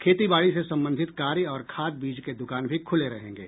खेती बाड़ी से संबंधित कार्य और खाद बीज के दुकान भी खुले रहेंगे